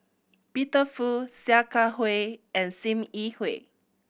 Peter Fu Sia Kah Hui and Sim Yi Hui